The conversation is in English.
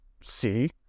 See